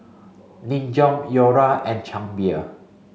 Nin Jiom Iora and Chang Beer